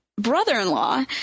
brother-in-law